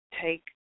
take